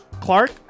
Clark